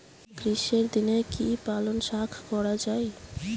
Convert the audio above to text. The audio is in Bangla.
গ্রীষ্মের দিনে কি পালন শাখ করা য়ায়?